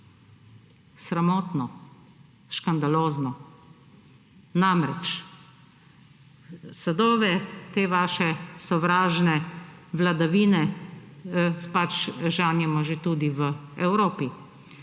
Sramotno, škandalozno. Namreč sadove te vaše sovražne vladavine pač žanjemo že tudi v Evropi.